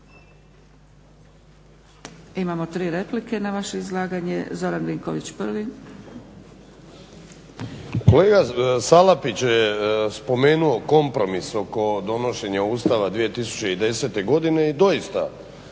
Imamo tri replike na vaše izlaganje. Zoran Vinković prvi. **Vinković, Zoran (HDSSB)** Kolega Salapić je spomenuo kompromis oko donošenja Ustava 2010.godine i doista